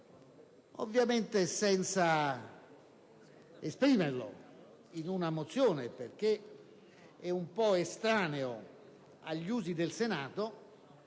ovviamente senza esprimerlo in una mozione, perché è estraneo agli usi del Senato,